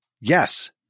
Yes